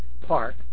park